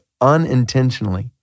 unintentionally